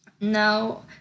Now